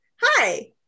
hi